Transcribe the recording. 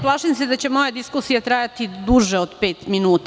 Plašim se da će moja diskusija trajati duže od pet minuta.